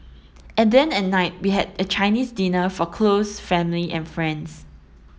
and then at night we had a Chinese dinner for close family and friends